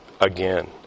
again